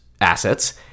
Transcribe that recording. assets